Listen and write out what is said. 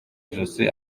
ijosi